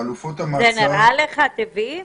חלופות המעצר --- זה נראה לך טבעי?